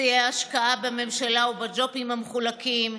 שיאי השקעה בממשלה ובג'ובים המחולקים,